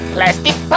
Plastic